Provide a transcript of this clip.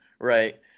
right